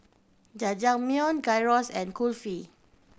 Jajangmyeon Gyros and Kulfi